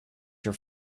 your